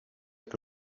que